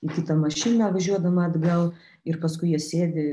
į kitą mašiną važiuodama atgal ir paskui jie sėdi